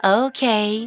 okay